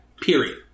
Period